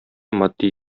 матди